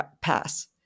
Pass